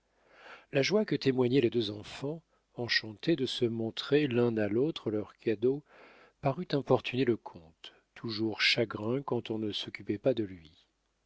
la joie que témoignaient les deux enfants enchantés de se montrer l'un à l'autre leurs cadeaux parut importuner le comte toujours chagrin quand on ne s'occupait pas de lui